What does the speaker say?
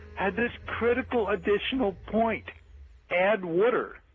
had this critical additional point add water,